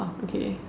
okay